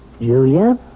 Julia